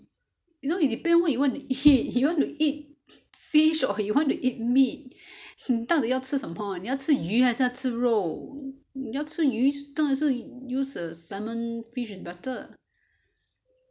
you know you depend what you want to eat you want to eat fish or you want to eat meat 你到底要吃什么你要吃鱼还是吃肉你要吃鱼当然是 use the salmon fish is better